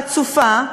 חצופה,